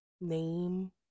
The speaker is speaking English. name